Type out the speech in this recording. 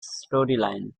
storyline